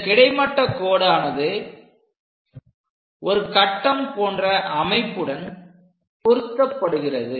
இந்த கிடைமட்ட கோடானது ஒரு கட்டம் போன்ற அமைப்புடன் பொருத்தப்படுகிறது